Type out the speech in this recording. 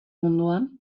munduan